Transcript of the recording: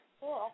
cool